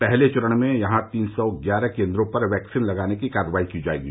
पहले चरण में यहां तीन सौ ग्यारह केन्द्रों पर वैक्सीन लगाने की कार्रवाई की जायेगी